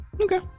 Okay